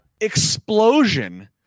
explosion